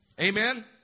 Amen